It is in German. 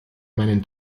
meinen